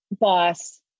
boss